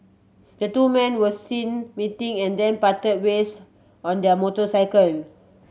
the two men were seen meeting and then parted ways on their motorcycle